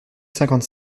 cinquante